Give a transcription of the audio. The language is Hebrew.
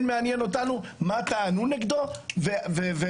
כן מעניין אותנו מה טענו נגדו והסגירה.